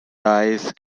dice